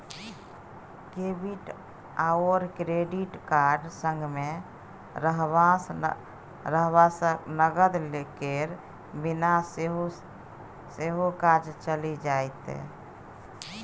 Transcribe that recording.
debit आओर credit card संगमे रहबासँ नगद केर बिना सेहो काज चलि जाएत